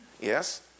Yes